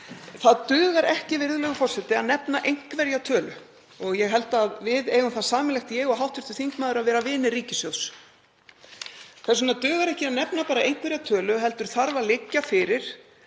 Það dugar ekki, virðulegur forseti, að nefna einhverja tölu. Ég held að við eigum það sameiginlegt, ég og hv. þingmaður, að vera vinir ríkissjóðs. Þess vegna dugar ekki að nefna bara einhverja tölu heldur þarf að liggja fyrir